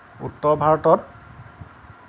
উত্তৰ ভাৰতত